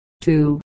two